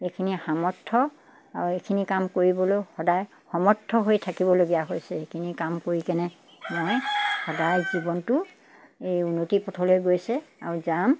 এইখিনি সামৰ্থ্য আৰু এইখিনি কাম কৰিবলৈও সদায় সমৰ্থ হৈ থাকিবলগীয়া হৈছে এইখিনি কাম কৰি কেনে মই সদায় জীৱনটো এই উন্নতি পথলৈ গৈছে আৰু যাম